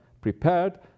prepared